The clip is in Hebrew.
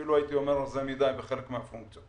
אפילו הייתי אומר רזה מדי בחלק מהפונקציות.